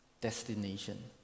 destination